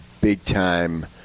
big-time